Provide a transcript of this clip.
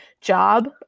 job